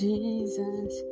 Jesus